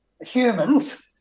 humans